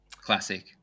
Classic